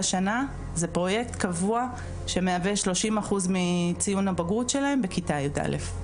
שנה זה פרוייקט קבוע שמהווה 30 אחוז מציון הבגרות שלהם בכיתה יא'.